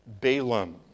Balaam